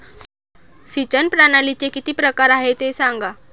सिंचन प्रणालीचे किती प्रकार आहे ते सांगा